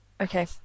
okay